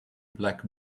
black